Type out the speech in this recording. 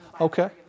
Okay